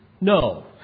No